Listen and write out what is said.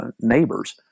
neighbors